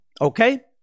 Okay